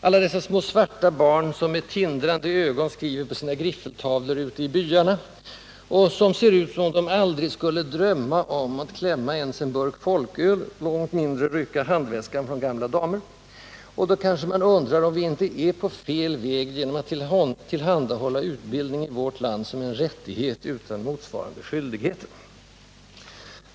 alla dessa små svarta barn, som med tindrande ögon skriver på sina griffeltavlor ute i byarna, och som ser ut som om de aldrig skulle drömma om att klämma ens en burk folköl, långt mindre rycka handväskan från gamla damer, och då kanske man undrar om vi inte är på fel väg genom att tillhandahålla utbildning i vårt land som en rättighet utan motsvarande skyldigheter.